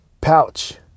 pouch